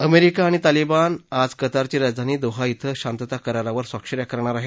America आणि Taliban आज कतारची राजधानी दोहा क्वे शांतता करारावर स्वाक्ष या करणार आहेत